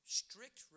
strict